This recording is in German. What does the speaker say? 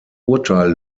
urteil